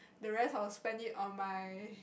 the rest I will spend it on my